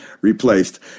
replaced